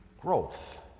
growth